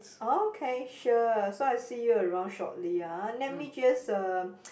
okay sure so I see you around shortly ah let me just uh